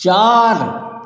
चार